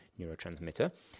neurotransmitter